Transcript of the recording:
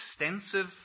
extensive